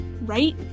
right